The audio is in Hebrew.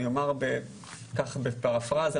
אני אומר כך בפרפרזה,